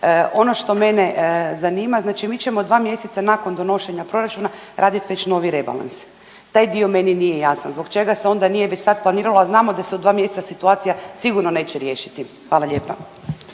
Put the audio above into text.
Ono što mene zanima. Znači, mi ćemo dva mjeseca nakon donošenja proračuna radit već novi rebalans, taj dio meni nije jasan zbog čega se onda nije već sad planiralo, a znamo da se u dva mjeseca situacija sigurno neće riješiti. Hvala lijepa.